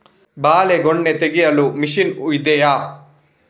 ಬಾಳೆಗೊನೆ ತೆಗೆಯಲು ಮಷೀನ್ ಇದೆಯಾ?